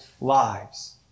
lives